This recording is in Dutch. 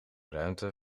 ruimte